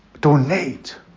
Donate